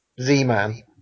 Z-Man